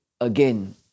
again